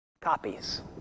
Copies